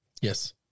Yes